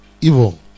evil